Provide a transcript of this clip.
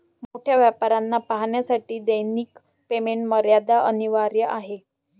मोठ्या व्यापाऱ्यांना पाहण्यासाठी दैनिक पेमेंट मर्यादा अनिवार्य आहे